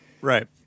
Right